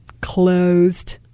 Closed